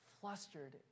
flustered